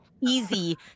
easy